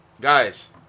Guys